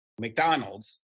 McDonald's